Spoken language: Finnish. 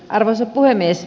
arvoisa puhemies